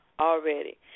already